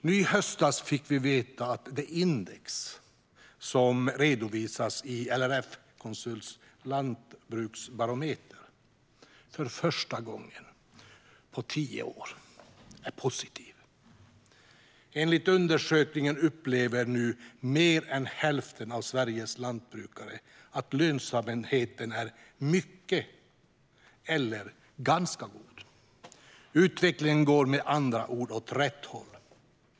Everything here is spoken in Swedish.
Nu i höstas fick vi veta att det index som redovisas i LRF Konsults lantbruksbarometer för första gången på tio år är positivt. Enligt undersökningen upplever nu mer än hälften av Sveriges lantbrukare att lönsamheten är mycket eller ganska god. Utvecklingen går med andra ord åt rätt håll.